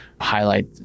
highlight